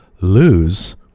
lose